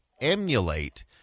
emulate